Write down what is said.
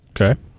Okay